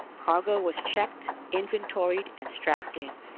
cargo was checked, inventoried and strapped in.